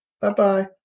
Bye-bye